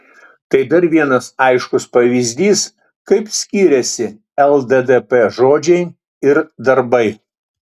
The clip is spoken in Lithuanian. tai dar vienas aiškus pavyzdys kaip skiriasi lddp žodžiai ir darbai